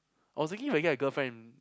I was thinking if I get a girlfriend